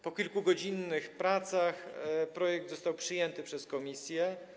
Po kilkugodzinnych pracach projekt został przyjęty przez komisję.